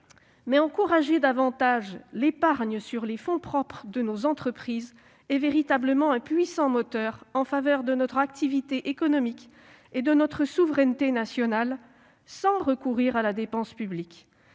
Orienter davantage l'épargne vers les fonds propres de nos entreprises constituerait véritablement un puissant moteur pour notre activité économique et notre souveraineté nationale, sans recours à la dépense publique.